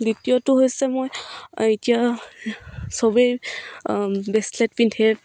দ্বিতীয়টো হৈছে মই এতিয়া সবেই বেছলেট পিন্ধে